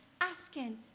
asking